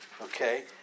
Okay